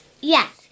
Yes